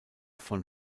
von